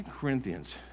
Corinthians